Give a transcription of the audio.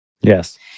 Yes